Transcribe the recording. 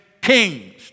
kings